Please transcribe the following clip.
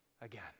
again